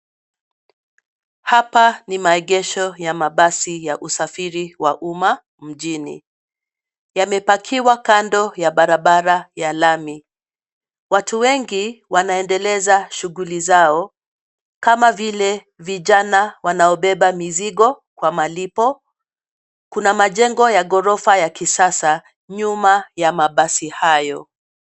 Hapa ni maegesho ya mabasi ya usafiri wa uma mjini. Yamepakiwa kando ya barabara ya lami. Watu wengi wanaendeleza shughuli zao kama vile vijana wanaobeba mizigo kwa malipo. Kuna majengo ya ghorofa ya kisasa nyuma ya mabasi hayo.